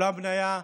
אולם בניה,